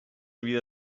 havia